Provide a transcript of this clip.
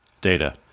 Data